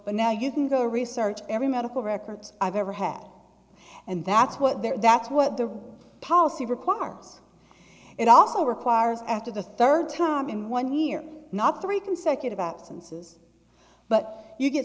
but now you can go research every medical records i've ever had and that's what the that's what the policy requires it also requires after the third time in one year not three consecutive absences but you get